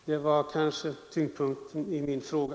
Det var kanske tyngdpunkten i min fråga.